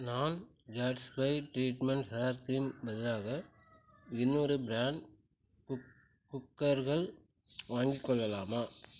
நான் கட்ஸ்பை treatment hair க்ரீமுக்கு பதிலாக இன்னொரு ப்ராண்ட் குக் குக்கர்கள் வாங்கிக் கொள்ளலாமா